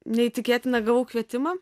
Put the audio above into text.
neįtikėtina gavau kvietimą